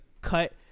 cut